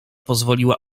pozwoliła